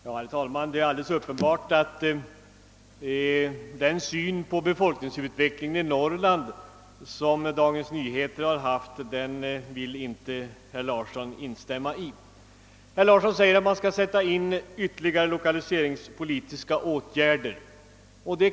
Herr talman! Det är alldeles uppenbart att herr Larsson i Umeå inte delar Dagens Nyheters syn på befolkningsutvecklingen i Norrland. Herr Larsson säger att man skall sätta in ytterligare lokaliseringspolitiska åtgärder.